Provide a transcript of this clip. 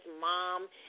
mom